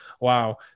wow